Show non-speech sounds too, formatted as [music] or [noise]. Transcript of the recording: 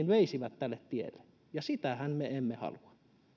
[unintelligible] veisivät tälle tielle ja sitähän me emme halua